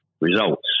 results